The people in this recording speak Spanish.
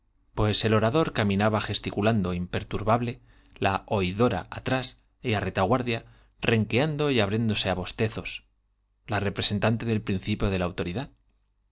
pues el orador la oidora y atrás á retaguar ticulando imperturbable dia renqueando y abriéndose fi bostezos la represen tante del principio de la autoridad